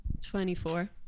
24